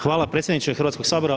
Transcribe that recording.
Hvala predsjedniče Hrvatskoga sabora.